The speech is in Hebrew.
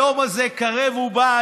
היום הזה קרב ובא,